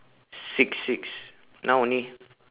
six six now only